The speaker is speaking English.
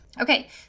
Okay